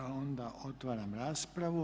E onda otvaram raspravu.